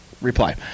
reply